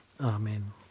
Amen